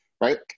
right